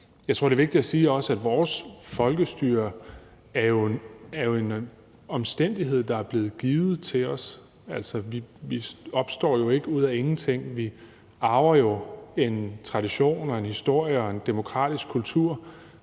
jeg tror, det er vigtigt også at sige, at vores folkestyre jo er en omstændighed, der er blevet givet til os. Altså, vi opstår jo ikke ud af ingenting; vi arver jo en tradition og en historie og en demokratisk kultur,